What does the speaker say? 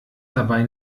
dabei